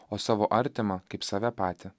o savo artimą kaip save patį